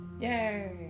Yay